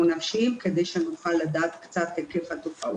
כדי שנוכל לדעת קצת על היקף התופעות.